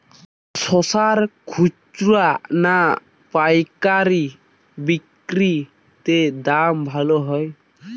শশার খুচরা না পায়কারী বিক্রি তে দাম ভালো হয়?